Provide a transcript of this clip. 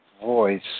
voice